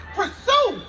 pursue